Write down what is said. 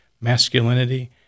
masculinity